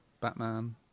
Batman